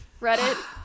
Reddit